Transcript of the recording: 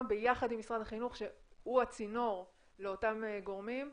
ביחד עם משרד החינוך שהוא הצינור לאותם גורמים,